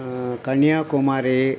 Kanyakumari